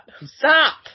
Stop